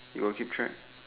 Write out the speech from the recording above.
you got keep track